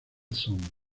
song